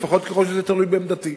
לפחות ככל שזה תלוי בעמדתי.